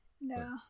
No